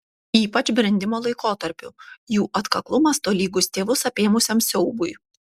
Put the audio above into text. ypač brendimo laikotarpiu jų atkaklumas tolygus tėvus apėmusiam siaubui